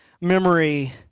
memory